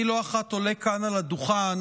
לא אחת אני עולה כאן לדוכן,